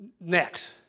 next